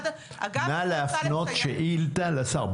נא להפנות שאילתה לשר.